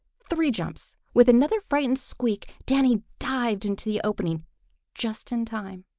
three jumps! with another frightened squeak, danny dived into the opening just in time.